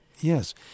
Yes